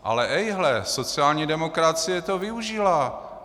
Ale ejhle, sociální demokracie toho využila.